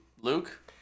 Luke